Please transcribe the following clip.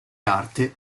arte